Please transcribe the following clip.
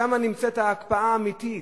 שם נמצאת ההקפאה האמיתית,